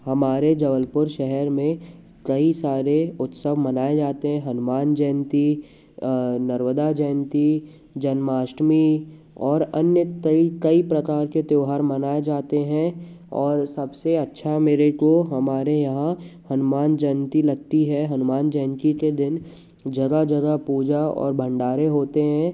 हमारे जबलपुर शहर में कई सारे उत्सव मनाए जाते हैं हनुमान जयंती नर्मदा जयंती जन्माष्टमी और अन्य कई कई प्रकार के त्योहार मनाए जाते हैं और सबसे अच्छा मेरे को हमारे यहाँ हनुमान जयंती लगती है हनुमान जयंती के दिन जगह जगह पूजा और भंडारे होते हैं